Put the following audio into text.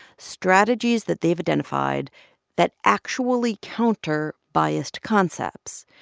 strategies that they've identified that actually counter biased concepts.